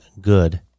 good